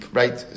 right